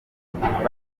nk’intwari